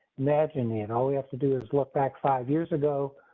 imagine me, and all we have to do is look back five years ago,